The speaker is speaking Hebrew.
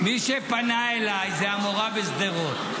-- מי שפנתה אליי זו המורה משדרות,